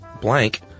blank